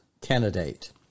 candidate